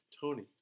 Tony